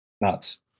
Nuts